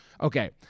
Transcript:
Okay